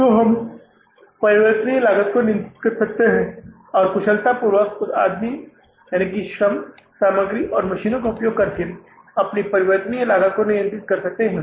तो हम परिवर्तनीय लागत को नियंत्रित कर सकते हैं और कुशलतापूर्वक उस आदमी सामग्री और मशीनों का उपयोग करके आप परिवर्तनीय लागत को नियंत्रित कर सकते हैं